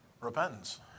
repentance